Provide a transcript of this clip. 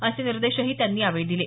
असे निर्देशही त्यांनी यावेळी दिले